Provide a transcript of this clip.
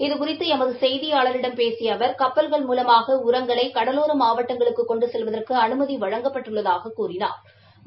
இது குறித்து எமது செய்தியாளிடம் பேசிய அவர் கப்பல்கள் மூலமாக உரங்களை கடலோர மாவட்டங்களுக்கு கொண்டு செல்வதற்கு அனுமதி வழங்கப்பட்டுள்ளதாகக் கூறினாா்